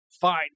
fine